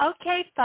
Okay